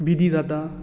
विधी जाता